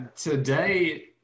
today